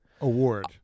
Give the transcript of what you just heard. Award